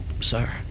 sir